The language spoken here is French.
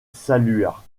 salua